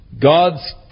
God's